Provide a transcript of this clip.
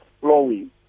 flowing